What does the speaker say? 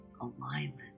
alignment